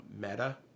meta